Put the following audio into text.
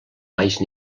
baix